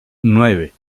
nueve